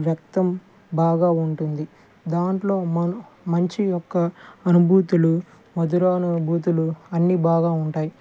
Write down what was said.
వ్యక్తం బాగా ఉంటుంది దాంట్లో మన్ మంచి యొక్క అనుభూతులు మధురానుభూతులు అన్నీ బాగా ఉంటాయి